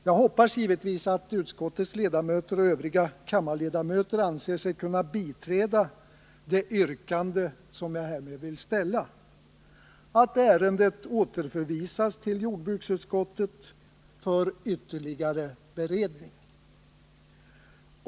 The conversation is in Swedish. Jag hoppas givetvis att utskottets ledamöter och övriga kammarledamöter anser sig kunna biträda det yrkande jag härmed vill framställa: Jag yrkar att ärendet återförvisas till jordbruksutskottet för ytterligare beredning.